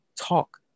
talk